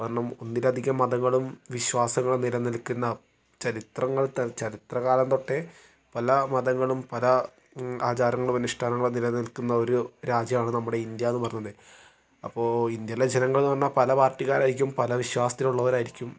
കാരണം ഒന്നിലധികം മതങ്ങളും വിശ്വാസങ്ങളും നിലനിൽക്കുന്ന ചരിത്രങ്ങൾ ത ചരിത്രകാലം തൊട്ടേ പല മതങ്ങളും പല ആചാരങ്ങളും അനുഷ്ഠാനങ്ങളും നിലനിൽക്കുന്ന ഒരു രാജ്യം ആണ് നമ്മുടെ ഇന്ത്യ എന്ന് പറഞ്ഞത് അപ്പോൾ ഇന്ത്യയിലെ ജനങ്ങൾ എന്നുപറഞ്ഞാൽ പല പാർട്ടിക്കാരായിരിക്കും പല വിശ്വാസത്തിലുള്ളവരായിരിക്കും